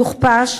יוכפש,